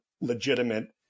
legitimate